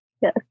Yes